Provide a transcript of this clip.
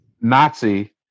Nazi